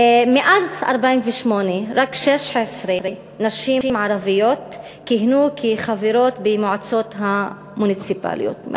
מאז 1948 רק 16 נשים ערביות כיהנו כחברות במועצות המוניציפליות.